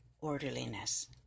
orderliness